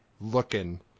Looking